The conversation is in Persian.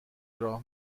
راه